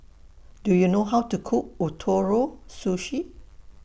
Do YOU know How to Cook Ootoro Sushi